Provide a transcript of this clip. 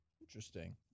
interesting